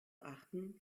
achten